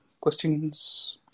questions